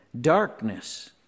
darkness